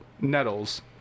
Nettles